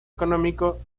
económico